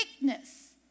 weakness